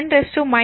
60210 19